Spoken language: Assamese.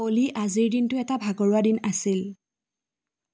অ'লি আজিৰ দিনটো এটা ভাগৰুৱা দিন আছিল